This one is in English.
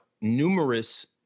numerous